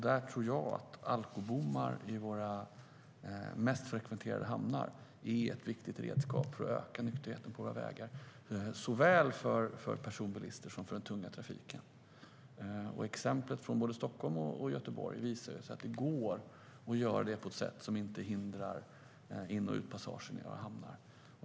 Där tror jag att alkobommar i våra mest frekventerade hamnar är ett viktigt redskap för att öka nykterheten på våra vägar såväl för personbilister som för förare i den tunga trafiken. Exemplet från både Stockholm och Göteborg visar att det går att göra det på ett sätt som inte hindrar in och utpassagen i våra hamnar.